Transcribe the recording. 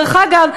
דרך אגב,